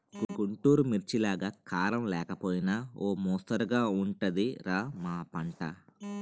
గుంటూరు మిర్చిలాగా కారం లేకపోయినా ఓ మొస్తరుగా ఉంటది రా మా పంట